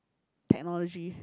technology